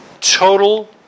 total